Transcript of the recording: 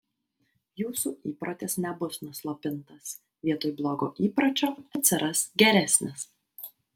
jūsų įprotis nebus nuslopintas vietoj blogo įpročio atsiras geresnis